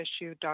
issue